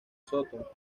soto